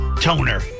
Toner